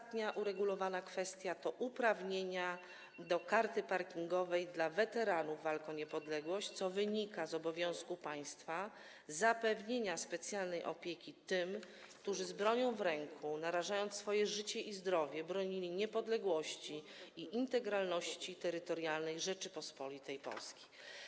Ostatnia uregulowana kwestia to uprawnienia do karty parkingowej dla weteranów walk o niepodległość, co wynika z obowiązku państwa, jakim jest zapewnienie specjalnej opieki tym, którzy z bronią w ręku, narażając swoje życie i zdrowie, bronili niepodległości i integralności terytorialnej Rzeczypospolitej Polskiej.